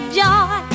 joy